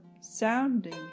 sounding